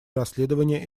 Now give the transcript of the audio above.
расследования